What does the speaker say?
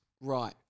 Right